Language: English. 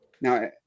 Now